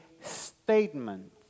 statement